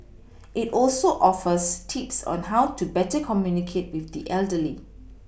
it also offers tips on how to better communicate with the elderly